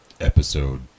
episode